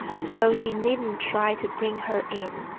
so he needn't try to bring her in.